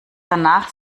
danach